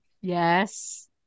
Yes